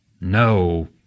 No